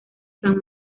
san